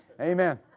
Amen